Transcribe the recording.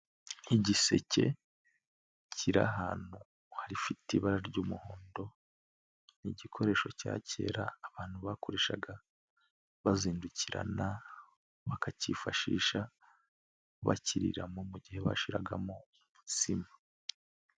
Igiseke kiri ahantutu hafite ibara ry'umuhondo, n'igikoresho cya kera abantu bakoreshaga bazindukirana, bakakiyifashisha bakiriramo mugihe bashiragamo umutsima.